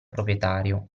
proprietario